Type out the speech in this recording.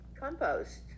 Compost